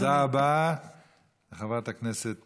תודה רבה לחברת הכנסת